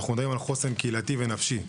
אנו מדברים על חוסן קהילתי ונפשי.